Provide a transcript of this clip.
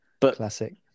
Classic